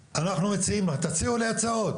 תציעו לי הצעות